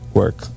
work